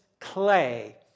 clay